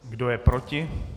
Kdo je proti?